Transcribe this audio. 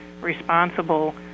responsible